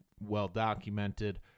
well-documented